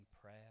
prayer